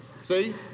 See